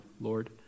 lord